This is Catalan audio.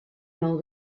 nou